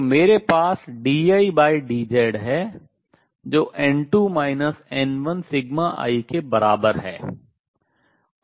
तो मेरे पास dI dZ है जो n2 n1σI के बराबर है